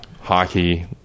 hockey